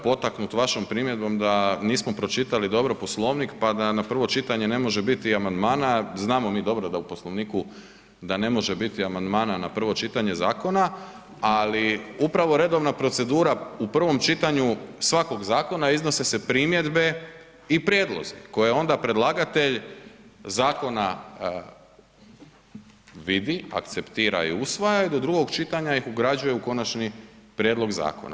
Potaknut vašom primjedbom da nismo pročitali dobro Poslovnik pa da na prvo čitanje ne može biti amandmana, znamo mi dobro da u Poslovniku da ne može biti amandmana na prvo čitanje zakona, ali upravo redovna procedura u prvom čitanju svakog zakona iznose se primjedbe i prijedlozi koje onda predlagatelj zakona vidi, akceptira i usvaja i do drugog čitanja ih ugrađuje u konačni prijedlog zakona.